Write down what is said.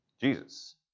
Jesus